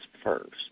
first